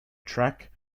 track